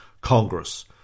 Congress